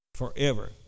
Forever